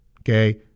okay